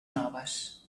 noves